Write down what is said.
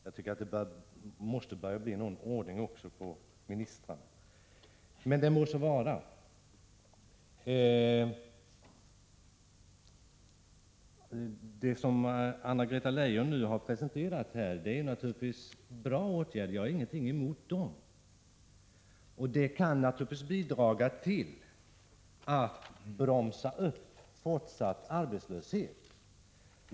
Jag tycker att det måste bli någon ordning också på ministrarna. Det Anna-Greta Leijon presenterat är bra åtgärder, och jag har ingenting emot dem. De kan naturligtvis bidra till att bromsa en fortsatt arbetslöshet.